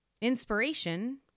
inspiration